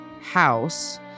house